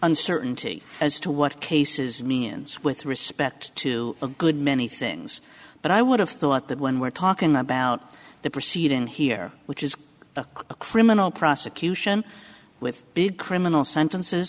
uncertainty as to what cases means with respect to a good many things but i would have thought that when we're talking about the proceeding here which is a criminal prosecution with big criminal sentences